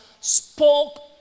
spoke